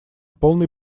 полной